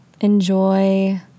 Enjoy